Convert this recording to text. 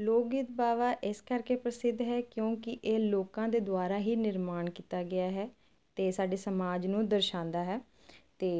ਇਸ ਕਰਕੇ ਪ੍ਰਸਿੱਧ ਹੈ ਕਿਉਂਕਿ ਇਹ ਲੋਕਾਂ ਦੇ ਦੁਆਰਾ ਹੀ ਨਿਰਮਾਣ ਕੀਤਾ ਗਿਆ ਹੈ ਤੇ ਸਾਡੇ ਸਮਾਜ ਨੂੰ ਦਰਸ਼ਾਉਂਦਾ ਹੈ ਤੇ